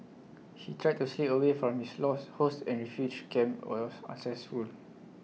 he tried to slip away from his lost hosts at refugee camp was unsuccessful